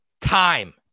time